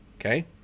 okay